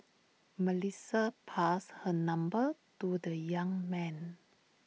Melissa passed her number to the young man